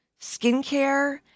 skincare